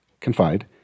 confide